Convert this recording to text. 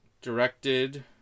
directed